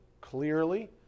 clearly